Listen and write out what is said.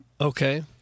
Okay